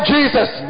Jesus